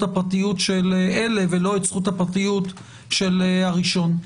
הפרטיות של אלה ולא את זכות הפרטיות של הראשון.